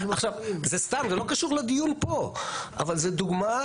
זה סתם, זה לא קשור לדיון פה, אבל זה דוגמה.